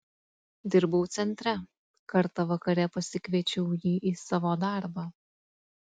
dirbau centre kartą vakare pasikviečiau jį į savo darbą